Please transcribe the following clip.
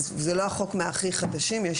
וזה לא החוק מהכי חדשים.